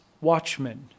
watchmen